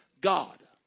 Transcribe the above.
God